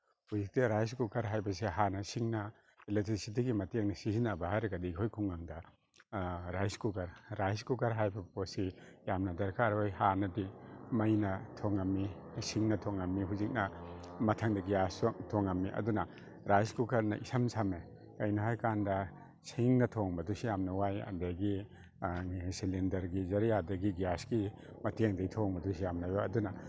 ꯍꯧꯖꯤꯛꯇꯤ rice cooker ꯍꯥꯏꯕꯁꯦ ꯍꯥꯟꯅ ꯁꯤꯡꯅ ꯑꯦꯂꯦꯛꯇ꯭ꯔꯤꯁꯤꯇꯤ ꯃꯇꯦꯡ ꯁꯤꯖꯤꯟꯅꯕ ꯍꯥꯏꯔꯒꯗꯤ ꯑꯩꯈꯣꯏ ꯈꯨꯡꯒꯪꯗ ꯔꯥꯏꯁ ꯀꯨꯀꯔ ꯔꯥꯏꯁ ꯀꯨꯀꯔ ꯍꯥꯏꯕ ꯄꯣꯠꯁꯤ ꯌꯥꯝꯅ ꯗꯔꯀꯥꯔ ꯑꯣꯏ ꯍꯥꯟꯅꯗꯤ ꯃꯩꯅ ꯊꯣꯡꯉꯝꯃꯤ ꯁꯤꯡꯅ ꯊꯣꯡꯉꯝꯃꯤ ꯍꯧꯖꯤꯛꯅ ꯃꯊꯪꯗ ꯒ꯭ꯌꯥꯁꯁꯨ ꯊꯣꯡꯉꯝꯃꯤ ꯑꯗꯨꯅ ꯔꯥꯏꯁ ꯀꯨꯀꯔꯅ ꯏꯁꯝ ꯁꯝꯃꯦ ꯀꯩꯒꯤꯅꯣ ꯍꯥꯏ ꯀꯥꯟꯗ ꯁꯤꯡꯅ ꯊꯣꯡꯕꯗꯨꯁꯨ ꯌꯥꯝ ꯋꯥꯏ ꯑꯗꯒꯤ ꯁꯤꯂꯤꯟꯗꯔꯒꯤ ꯒ꯭ꯌꯥꯁꯀꯤ ꯃꯇꯦꯡꯗꯩ ꯊꯣꯡꯕꯗꯨꯁꯨ ꯌꯥꯝꯅ ꯑꯗꯨꯅ